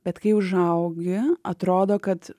bet kai užaugi atrodo kad